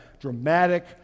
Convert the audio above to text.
dramatic